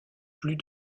plus